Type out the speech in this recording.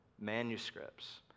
manuscripts